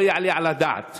לא יעלה על הדעת